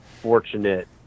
fortunate